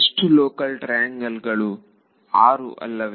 ಎಷ್ಟು local triangle ಗಳು ಆರು ಅಲ್ಲವೇ